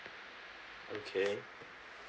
okay